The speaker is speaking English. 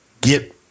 get